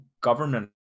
government